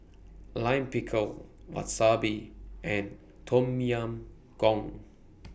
Lime Pickle Wasabi and Tom Yam Goong